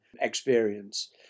experience